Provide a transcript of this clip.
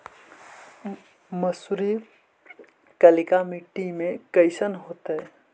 मसुरी कलिका मट्टी में कईसन होतै?